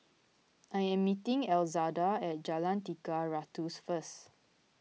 I am meeting Elzada at Jalan Tiga Ratus first